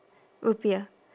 rupiah